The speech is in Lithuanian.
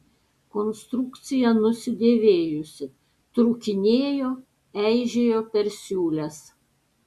konstrukcija nusidėvėjusi trūkinėjo eižėjo per siūles